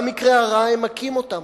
במקרה הרע הם מכים אותן.